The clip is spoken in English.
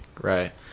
Right